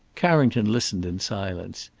carrington listened in silence.